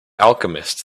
alchemist